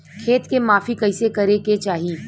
खेत के माफ़ी कईसे करें के चाही?